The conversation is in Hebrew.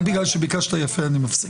רק בגלל שביקשת יפה אני מפסיק.